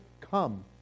come